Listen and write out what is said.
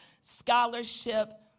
Scholarship